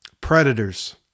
Predators